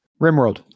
Rimworld